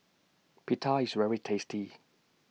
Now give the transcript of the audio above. Pita IS very tasty